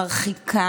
מרחיק,